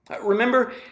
Remember